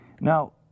Now